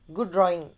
good drawing